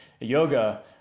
yoga